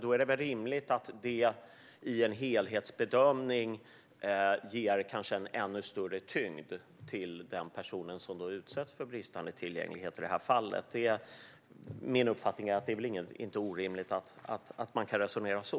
Då är det väl rimligt att det ger en ännu större tyngd i en helhetsbedömning av om en person utsätts för bristande tillgänglighet. Min uppfattning är att det inte är orimligt att resonera så.